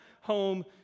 home